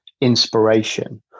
inspiration